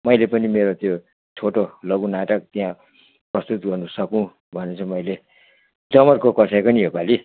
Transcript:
मैले पनि मेरो त्यो छोटो लघु नाटक त्यहाँ प्रस्तुत गर्न सकौँ भनेर चाहिँ मैले जमर्को कसेको नि यो पालि